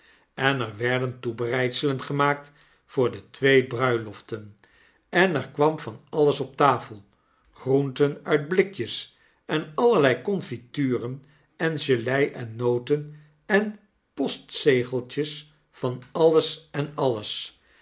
en er werden toebereidselen gemaakt voor de twee bruiloften en er kwam van alles op tafel groenten uit blikjes en allerlei confituren en gelei en noten en postzegeltjes van alles en ailes